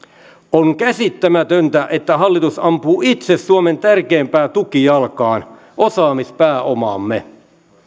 on käsittämätöntä että hallitus ampuu itse suomen tärkeimpään tukijalkaan osaamispääomaamme